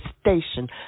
station